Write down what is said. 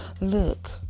Look